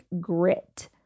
grit